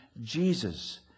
Jesus